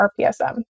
RPSM